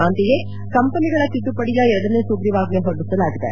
ಅಂತೆಯೇ ಕಂಪನಿಗಳ ತಿದ್ದುಪಡಿಯ ಎರಡನೇ ಸುಗ್ರೀವಾಜ್ಞೆ ಹೊರಡಿಸಲಾಗಿದೆ